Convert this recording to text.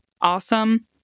awesome